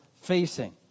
facing